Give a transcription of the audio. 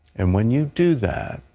and when you do that,